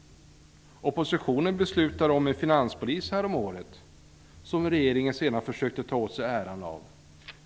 Oppositionen beslutade häromåret om en finanspolis, som regeringen sedan försökte ta åt sig äran av.